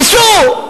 ניסו.